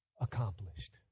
accomplished